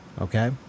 Okay